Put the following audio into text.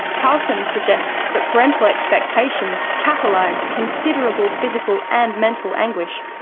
carlson suggests that parental expectation catalysed considerable physical and mental anguish.